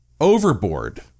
overboard